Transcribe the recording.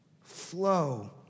flow